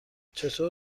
چطور